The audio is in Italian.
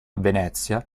venezia